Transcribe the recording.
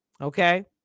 Okay